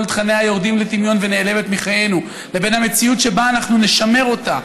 תכניה יורדת לטמיון מחיינו לבין המציאות שבה אנחנו נשמר אותה,